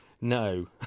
No